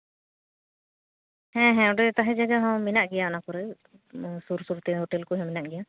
ᱦᱮᱸ ᱦᱮᱸ ᱚᱸᱰᱮ ᱛᱟᱦᱮᱸ ᱡᱟᱭᱜᱟ ᱦᱚᱸ ᱢᱮᱱᱟᱜ ᱜᱮᱭᱟ ᱚᱱᱟ ᱠᱚᱨᱮ ᱥᱩᱨᱼᱥᱩᱨᱛᱮ ᱦᱳᱴᱮᱞ ᱠᱚᱦᱚᱸ ᱢᱮᱱᱟᱜ ᱜᱮᱭᱟ